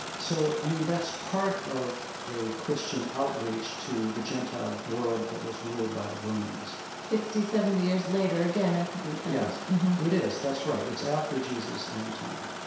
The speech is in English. so, i mean, that's part of a christian outreach to the gentile world that was ruled by the romans sixty, seventy years later, again, after the event it is. that's right. it's after jesus' own time.